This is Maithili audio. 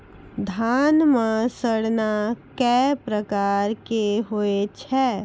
धान म सड़ना कै प्रकार के होय छै?